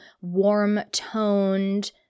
warm-toned